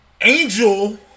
Angel